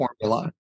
formula